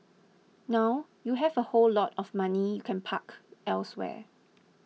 now you have a whole lot of money you can park elsewhere